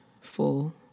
full